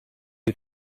you